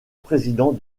président